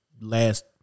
last